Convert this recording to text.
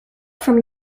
from